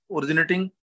originating